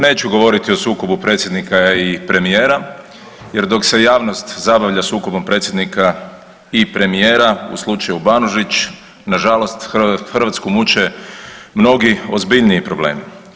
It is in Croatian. Neću govoriti o sukobu predsjednika i premijera jer dok se javnost zabavlja sukobom predsjednika i premijera u slučaju BAnožić, nažalost Hrvatsku muče mnogi ozbiljniji problemi.